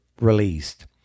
released